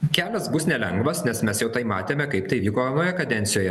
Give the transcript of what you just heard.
kelias bus nelengvas nes mes jau matėme kaip tai vyko anoje kadencijoje